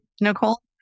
Nicole